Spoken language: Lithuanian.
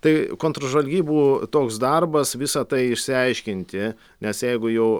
tai kontržvalgybų toks darbas visa tai išsiaiškinti nes jeigu jau